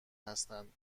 هستند